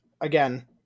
again